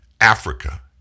Africa